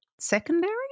secondary